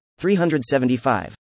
375